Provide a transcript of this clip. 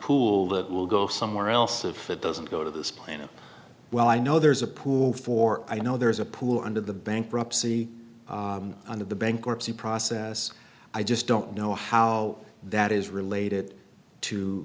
pool that will go somewhere else if it doesn't go to this planet well i know there's a pool for i know there's a poor under the bankruptcy on the bankruptcy process i just don't know how that is related to